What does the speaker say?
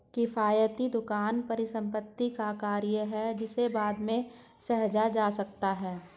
किफ़ायती दुकान परिसंपत्ति का कार्य है जिसे बाद में सहेजा जा सकता है